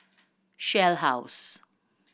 Shell House